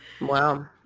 wow